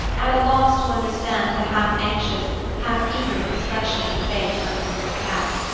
at a loss to understand the half-anxious, half-eager expression of the face under the little cap.